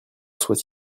soit